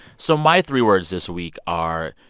so my three words this week are,